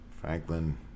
Franklin